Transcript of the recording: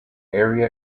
area